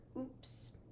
oops